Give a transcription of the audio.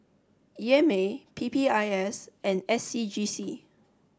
E M A P P I S and S C G C